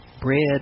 bread